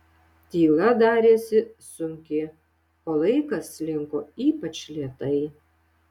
tyla darėsi sunki o laikas slinko ypač lėtai